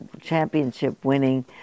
championship-winning